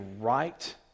right